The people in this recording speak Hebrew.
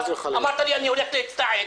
אמרת לי שאתה הולך להתייעץ.